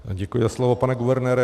Děkuji za slovo, pane guvernére.